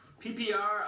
PPR